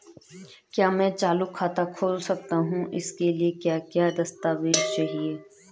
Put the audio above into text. क्या मैं चालू खाता खोल सकता हूँ इसके लिए क्या क्या दस्तावेज़ चाहिए?